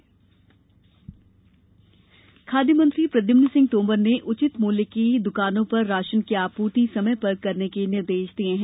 ration आपूर्ति खाद्य मंत्री प्रद्युमन सिंह तोमर ने उचित मूल्य दुकानों पर राशन की आपूर्ति समय पर करने के निर्देश दिए हैं